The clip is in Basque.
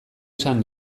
esan